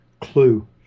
Clue